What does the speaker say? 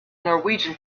norwegian